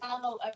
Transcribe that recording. follow